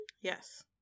Yes